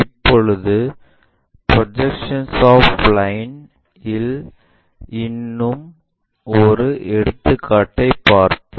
இப்போது projection offline இல் இன்னும் ஒரு எடுத்துக்காட்டைப் பார்ப்போம்